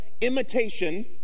imitation